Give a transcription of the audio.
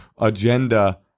agenda